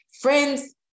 Friends